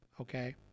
okay